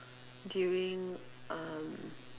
during um